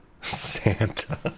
Santa